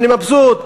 אני מבסוט,